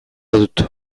dut